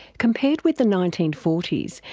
compared with the nineteen forty s,